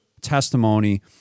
testimony